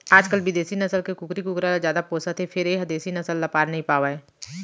आजकाल बिदेसी नसल के कुकरी कुकरा ल जादा पोसत हें फेर ए ह देसी नसल ल पार नइ पावय